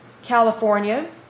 California